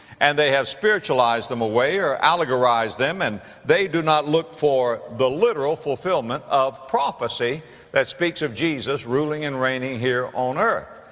and they have spiritualized them away or allegorized them. and they do not look for the literal fulfillment of prophecy that speaks of jesus ruling and reigning here on earth.